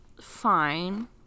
fine